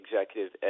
Executive